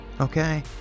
okay